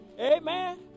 Amen